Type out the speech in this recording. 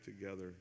together